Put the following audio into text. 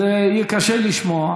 זה יהיה קשה לשמוע,